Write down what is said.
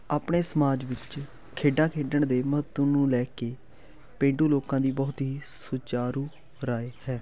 ਆਪਣੇ ਸਮਾਜ ਵਿੱਚ ਖੇਡਾਂ ਖੇਡਣ ਦੇ ਮਹੱਤਵ ਨੂੰ ਲੈ ਕੇ ਪੇਂਡੂ ਲੋਕਾਂ ਦੀ ਬਹੁਤ ਹੀ ਸੁਚਾਰੂ ਰਾਏ ਹੈ